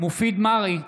מופיד מרעי,